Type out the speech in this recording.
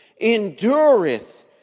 endureth